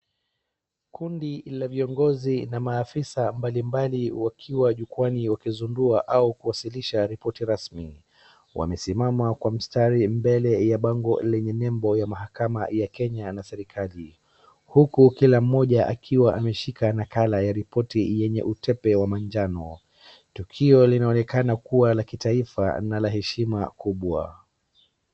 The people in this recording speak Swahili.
Kundi la viongozi na maafisa mbalimali wakiwa jukwaani wakizingua au kuwasilisha ripoti rasmi. Wamesimama kwa mstari mbele ya bango lenye nembo ya mahakama ya Kenya na serikali, huku kila mmoja akiwa ameshika nakala ya ripoti yenye utepe wa manjano. Tukio linaonekana kuwa la kitaifa na la heshima kubwa.